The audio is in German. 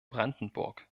brandenburg